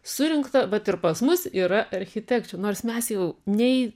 surinkta vat ir pas mus yra architekčių nors mes jau nei